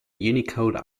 unicode